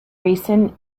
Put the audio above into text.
recent